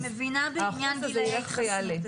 אני מבינה בעניין גילי ההתחסנות.